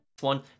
one